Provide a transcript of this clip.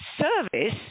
service